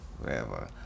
wherever